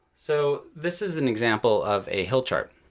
so this is an example of a hill chart.